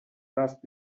رفت